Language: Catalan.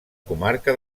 comarca